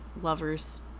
lovers